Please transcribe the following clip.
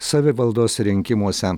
savivaldos rinkimuose